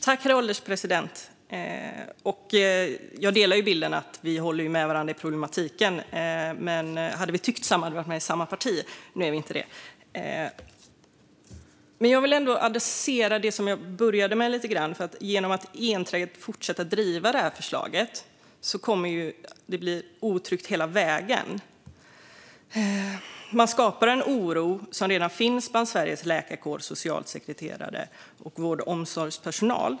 Herr ålderspresident! Jag instämmer i att vi håller med varandra när det gäller problematiken. Men om vi hade tyckt lika hade vi varit med i samma parti. Nu är vi inte det. Jag vill ändå adressera det som jag började med. Genom att man enträget fortsätter att driva förslaget kommer det att bli otryggt hela vägen. Man har redan skapat en oro bland Sveriges läkarkår, socialsekreterare och vård och omsorgspersonal.